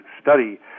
study